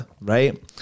right